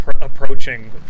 approaching